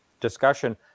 discussion